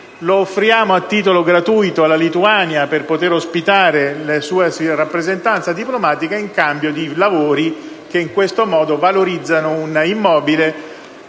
lo offriamo a titolo gratuito alla Lituania per poter ospitare la sua rappresentanza diplomatica, in cambio di lavori che, in questo modo, valorizzano un immobile